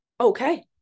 Okay